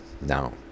Now